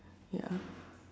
ya